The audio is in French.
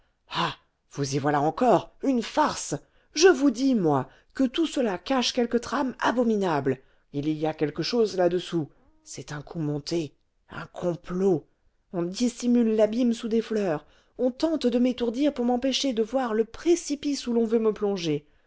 ah vous y voilà encore une farce je vous dis moi que tout cela cache quelque trame abominable il y a quelque chose là-dessous c'est un coup monté un complot on dissimule l'abîme sous des fleurs on tente de m'étourdir pour m'empêcher de voir le précipice où l'on veut me plonger